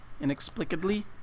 inexplicably